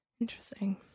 Interesting